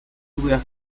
where